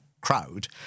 crowd